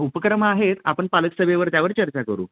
उपक्रम आहेत आपण पालकसभेवर त्यावर चर्चा करू